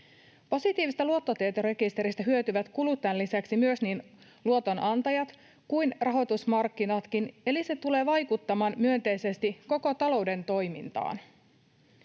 Positiivisesta luottotietorekisteristä hyötyvät kuluttajan lisäksi myös niin luotonantajat kuin rahoitusmarkkinatkin, eli se tulee vaikuttamaan myönteisesti koko talouden toimintaan.